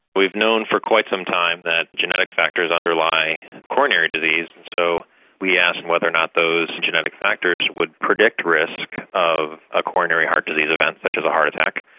we've known for quite some time that genetic factors underlie coronary disease. so we asked whether or not those genetic factors would predict risk of a coronary heart disease event, such as a heart attack,